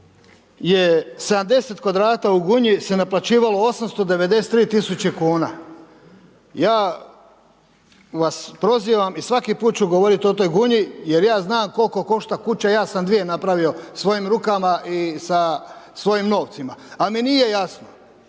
70 kvadrata u Gunji se je naplaćivalo 893 tisuće kn? Ja vas prozivam i svaki put ću govoriti o toj Gunji, jer ja znam koliko košta kuća, ja sam 2 napravio svojim rukama i sa svojim novcima. Ali mi nije jasno